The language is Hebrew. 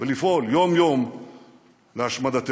ולפעול יום-יום להשמדתנו.